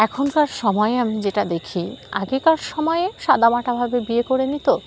এখনকার সময়ে আমি যেটা দেখি আগেকার সময়ে সাদামাটাভাবে বিয়ে করে নিতো